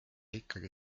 ikkagi